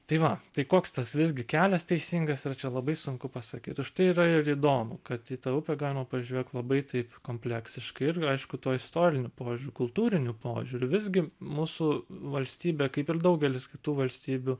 tai va tai koks tas visgi kelias teisingas ir čia labai sunku pasakyt už tai yra ir įdomu kad į tą upę galima pažvelgt labai taip kompleksiškai ir aišku tuo istoriniu požiūriu kultūriniu požiūriu visgi mūsų valstybė kaip ir daugelis kitų valstybių